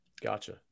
Gotcha